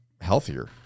healthier